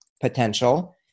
potential